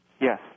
Yes